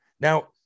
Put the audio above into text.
Now